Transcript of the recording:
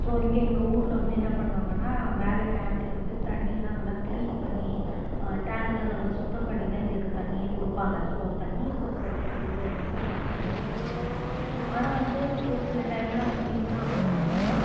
so இங்கே எங்கள் ஊரில் வந்து என்ன பண்ணுவாங்கன்னால் மேலே டேங்க்கில் வந்து தண்ணியெல்லாம் நல்லா க்ளீன் பண்ணி டேங்க்கெல்லாம் நல்லா சுத்தம் பண்ணிதான் எங்களுக்கு தண்ணியே கொடுப்பாங்க ஸோ தண்ணியை பொறுத்தவரைக்கும் எங்கள் ஊரில் பிரச்சினையுமே கிடையாது ஆனால் வந்து ஒரு சில டைமெலாம் வந்து என்ன ஆகும் அப்படின்னா